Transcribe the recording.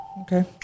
Okay